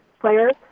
players